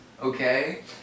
okay